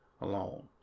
alone